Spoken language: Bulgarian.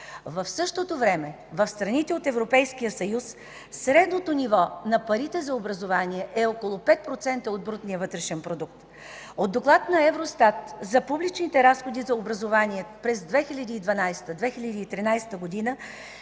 В същото време в страните от Европейския съюз средното ниво на парите за образование е около 5% от брутния вътрешен продукт. От доклад на Евростат за публичните разходи за образование през 2012 – 2013 г.